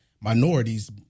minorities